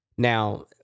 Now